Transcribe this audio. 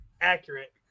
accurate